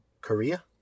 korea